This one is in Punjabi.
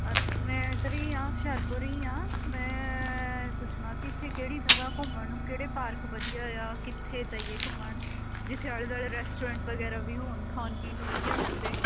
ਅੱਛਾ ਮੈਂ ਇੱਧਰ ਹੀਂ ਹਾਂ ਹੁਸ਼ਿਆਰਪੁਰ ਹੀ ਹਾਂ ਮੈਂ ਪੁੱਛਣਾ ਸੀ ਇੱਥੇ ਕਿਹੜੀ ਜਗ੍ਹਾ ਘੁੰਮਣ ਨੂੰ ਕਿਹੜੇ ਪਾਰਕ ਵਧੀਆ ਆ ਕਿੱਥੇ ਜਾਈਏ ਘੁੰਮਣ ਜਿੱਥੇ ਆਲੇ ਦੁਆਲੇ ਰੈਸਟੋਰੈਂਟ ਵਗੈਰਾ ਵੀ ਹੋਣ ਖਾਣ ਪੀਣ ਨੂੰ ਵਧੀਆ ਮਿਲ ਜਾਏ